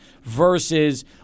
versus